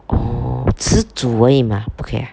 oh 吃煮而已 mah 不可以 ah